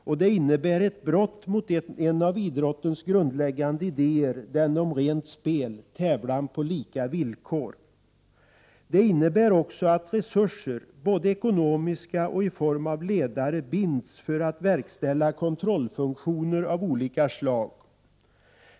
Dopningen innebär ett brott mot en av idrottens grundläggande idéer, den om rent spel, tävlan på lika villkor. Den innebär också att resurser, både ekonomiska och i form av ledare, binds för att verkställa kontrollfunktioner av olika slag.